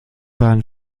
waren